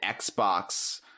Xbox